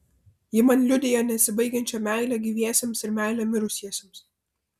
ji man liudija nesibaigiančią meilę gyviesiems ir meilę mirusiesiems